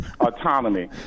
autonomy